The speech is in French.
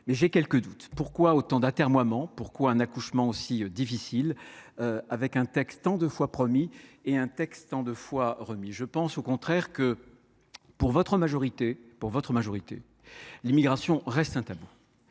mais j’éprouve quelques doutes. Pourquoi autant d’atermoiements, pourquoi un accouchement aussi difficile, avec un texte tant de fois promis, mais tant de fois remis à plus tard ? Je pense au contraire que, pour votre majorité, l’immigration demeure un tabou.